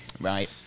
right